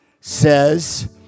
says